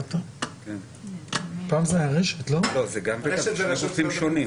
זה שני גופים שונים.